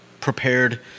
prepared